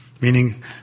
meaning